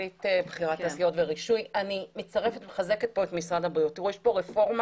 המשרדים שתפקידם להגן על בריאות הציבור ולדאוג